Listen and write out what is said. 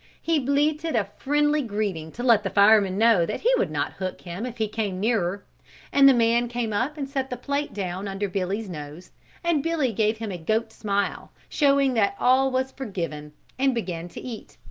he bleated a friendly greeting to let the fireman know that he would not hook him if he came nearer and the man came up and set the plate down under billy's nose and billy gave him a goat smile showing that all was forgiven and began to eat.